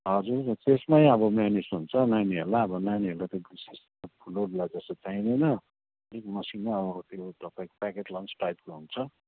हजुर त्यसमै अब म्यानेज हुन्छ नानीहरूलाई अब नानीहरूलाई चाहिँ ठुलोहरूलाई जस्तो चाहिँदैन अलिक मसिनो अब त्यो तपाईँको प्याकेट लन्च टाइपको हुन्छ